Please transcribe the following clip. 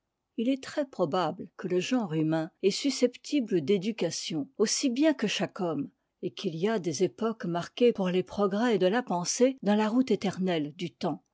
i est très probable que le genre humain est susceptible d'éducation aussi bien que eb homme et qu'il y a des époques marquées pour les progrès de la pensée dans la route éternelle du temps